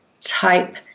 type